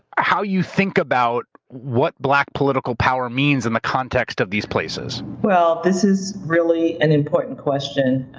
how you think about what black political power means in the context of these places? well, this is really an important question,